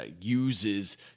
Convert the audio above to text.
uses